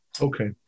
Okay